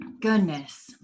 goodness